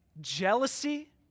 jealousy